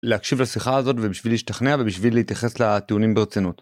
להקשיב לשיחה הזאת ובשביל להשתכנע ובשביל להתייחס לטיעונים ברצינות.